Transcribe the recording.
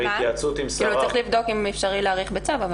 צריך לבדוק אם אפשרי להאריך בצו.